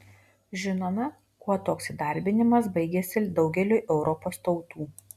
žinome kuo toks įdarbinimas baigėsi daugeliui europos tautų